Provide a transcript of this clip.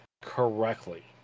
correctly